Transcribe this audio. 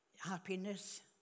happiness